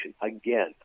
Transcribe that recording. again